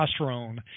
testosterone